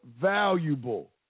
valuable